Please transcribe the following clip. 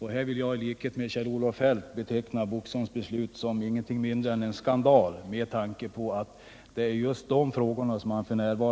Här vill jag i likhet med Kjell-Olof Feldt beteckna Boxholms beslut som ingenting mindre än en skandal, detta med tanke på att just dessa frågor f. n. är under utredning.